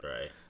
Right